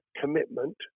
commitment